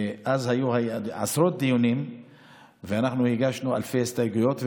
ואז היו עשרות דיונים ואנחנו הגשנו אלפי הסתייגויות,